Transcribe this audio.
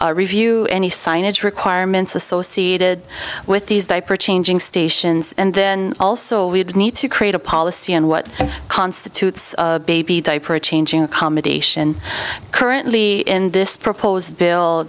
review any signage requirements associated with these diaper changing stations and then also we'd need to create a policy on what constitutes baby diaper changing accommodation currently in this proposed bill